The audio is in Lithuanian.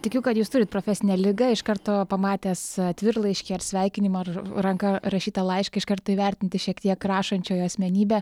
tikiu kad jūs turit profesinę ligą iš karto pamatęs atvirlaiškį ar sveikinimą ar ranka rašytą laišką iš karto įvertinti šiek tiek rašančiojo asmenybę